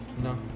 No